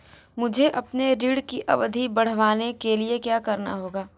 मुझे अपने ऋण की अवधि बढ़वाने के लिए क्या करना होगा?